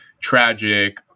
tragic